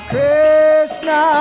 Krishna